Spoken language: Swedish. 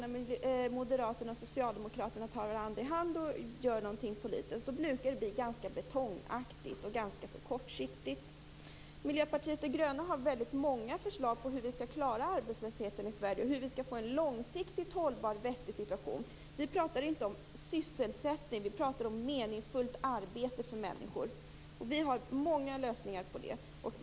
När moderater och socialdemokraterna tar varandra i hand och gör någonting politiskt brukar det bli ganska betongaktigt och kortsiktigt. Miljöpartiet de gröna har många förslag på hur vi skall klara arbetslösheten i Sverige och hur vi skall få en långsiktigt hållbar vettig situation. Vi talar inte om sysselsättning - vi talar om meningsfullt arbete för människor. Vi har många lösningar på dessa problem.